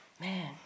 Man